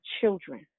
children